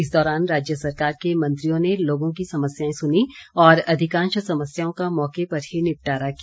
इस दौरान राज्य सरकार के मंत्रियों ने लोगों की समस्याएं सुनी और अधिकांश समस्याओं का मौके पर ही निपटारा किया